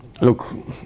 Look